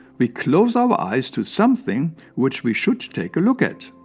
we close our eyes to something which we should take a look at.